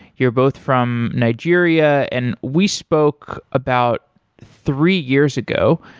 you're both from nigeria and we spoke about three years ago.